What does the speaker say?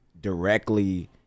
directly